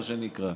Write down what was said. מה שנקרא,